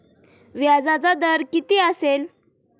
व्याजाचा दर किती असेल?